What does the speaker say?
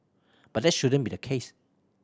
but that shouldn't be the case